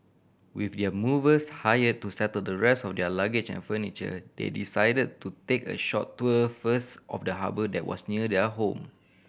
with the movers hire to settle the rest of their luggage and furniture they decided to take a short tour first of the harbour that was near their home